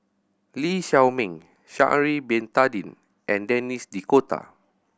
Lee Shao Meng Sha'ari Bin Tadin and Denis D'Cotta